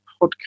podcast